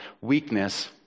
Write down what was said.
weakness